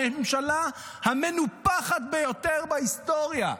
לממשלה המנופחת ביותר בהיסטוריה.